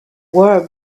wore